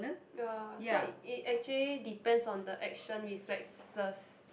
ya so it it actually depends on the action reflexes